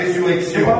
résurrection